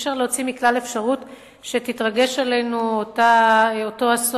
אי-אפשר להוציא מכלל אפשרות שיתרגש עלינו אותו אסון,